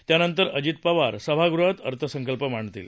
त्यानंतर अजित पवार सभागृहात अर्थसंकल्प मांडतील